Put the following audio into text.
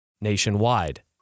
nationwide